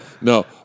No